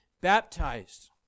baptized